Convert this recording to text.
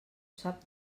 sap